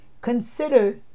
Consider